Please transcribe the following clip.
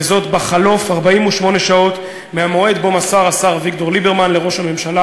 וזאת בחלוף 48 שעות מהמועד שבו מסר השר אביגדור ליברמן לראש הממשלה